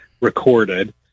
recorded